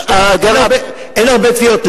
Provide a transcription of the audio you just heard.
אין הרבה תביעות.